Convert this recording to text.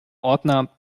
ordner